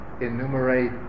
enumerate